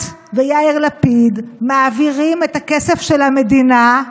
את ויאיר לפיד מעבירים את הכסף של המדינה,